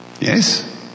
Yes